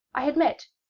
i had met,